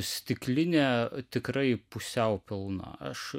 stiklinė tikrai pusiau pilna aš